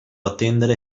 attendere